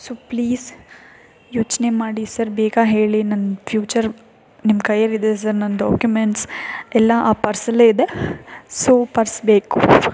so please ಯೋಚನೆ ಮಾಡಿ sir ಬೇಗ ಹೇಳಿ ನನ್ನ ಪ್ಯೂಚರ್ ನಿಮ್ಮ ಕೈಯಲ್ಲಿದೆ ಸರ್ ನನ್ನ ಡಾಕ್ಯುಮೆಂಟ್ಸ್ ಎಲ್ಲ ಆ ಪರ್ಸಲ್ಲೇ ಇದೆ ಸೊ ಪರ್ಸ್ ಬೇಕು